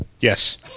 Yes